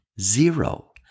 Zero